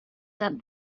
that